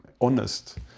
honest